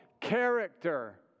character